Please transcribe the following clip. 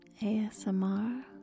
ASMR